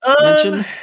mention